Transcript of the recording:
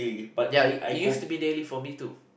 ya it it used to be daily for me too